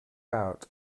out